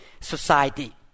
society